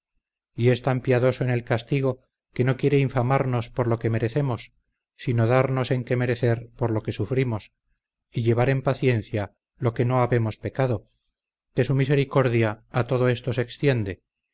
y es tan piadoso en el castigo que no quiere infamarnos por lo que merecemos sino darnos en que merecer por lo que sufrimos y llevar en paciencia lo que no habemos pecado que su misericordia a todo esto se extiende